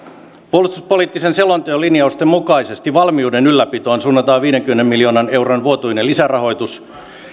puolustuspoliittisen selonteon linjausten mukaisesti valmiuden ylläpitoon suunnataan viidenkymmenen miljoonan euron vuotuinen lisärahoitus